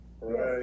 Right